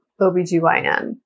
OBGYN